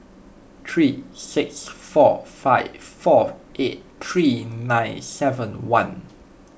three six four five four eight three nine seven one